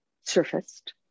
surfaced